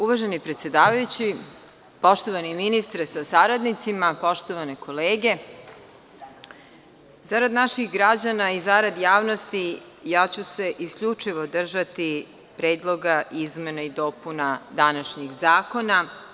Uvaženi predsedavajući, poštovani ministre sa saradnicima, poštovane kolege, zarad naših građana i zarad javnosti ja ću se isključivo držati predloga izmena i dopuna današnjih zakona.